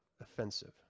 offensive